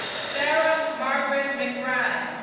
sarah margaret mcbride,